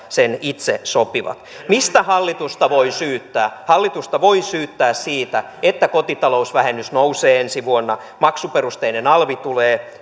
sen itse sopivat mistä hallitusta voi syyttää hallitusta voi syyttää siitä että kotitalousvähennys nousee ensi vuonna maksuperusteinen alvi tulee